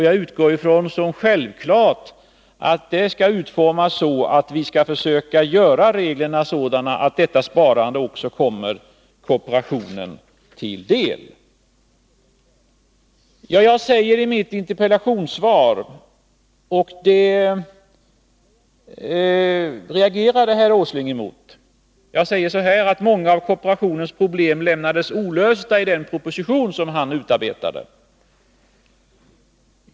Jag utgår ifrån som självklart att reglerna skall utformas så att detta sparande också kommer kooperationen till del. Jag sade i mitt interpellationssvar — och det reagerade herr Åsling emot — att många av kooperationens problem lämnades olösta i den proposition som herr Åsling utarbetade.